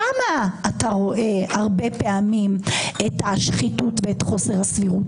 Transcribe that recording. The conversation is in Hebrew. שם אתה רואה הרבה פעמים את השחיתות ואת חוסר הסבירות.